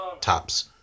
tops